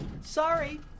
Sorry